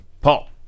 Paul